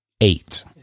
Eight